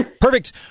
Perfect